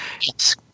Yes